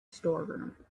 storeroom